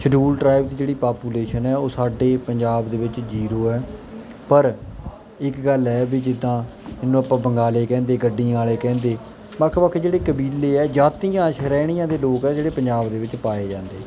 schedule tribe ਦੀ ਜਿਹੜੀ population ਹੈ ਉਹ ਸਾਡੇ ਪੰਜਾਬ ਦੇ ਵਿੱਚ ਜੀਰੋ ਹੈ ਪਰ ਇੱਕ ਗੱਲ ਹੈ ਵੀ ਜਿੱਦਾਂ ਜਿਹਨੂੰ ਆਪਾਂ ਬੰਗਾਲੇ ਕਹਿੰਦੇ ਗੱਡੀਆਂ ਵਾਲੇ ਕਹਿੰਦੇ ਵੱਖ ਵੱਖ ਜਿਹੜੇ ਕਬੀਲੇ ਹੈ ਜਾਤੀਆਂ ਸ਼੍ਰੇਣੀਆਂ ਦੇ ਲੋਕ ਹੈ ਜਿਹੜੇ ਪੰਜਾਬ ਦੇ ਵਿੱਚ ਪਾਏ ਜਾਂਦੇ